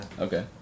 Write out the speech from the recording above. Okay